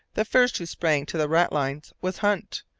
the first who sprang to the ratlines was hunt.